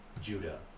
Judah